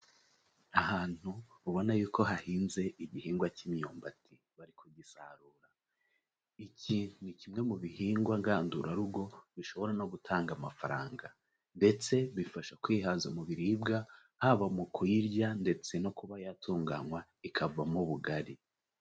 Ahantu ubona yuko hahinze igihingwa cy'imyumbati bari kugisarura, iki ni kimwe mu bihingwa ngandurarugo bishobora no gutanga amafaranga ndetse bifasha kwihaza mu biribwa, haba mu kuyirya ndetse no kuba yatunganywa ikavamo ubugari.